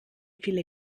viele